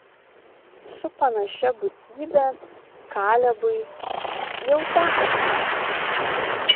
su panašia būtybe kalebui jau teko kautis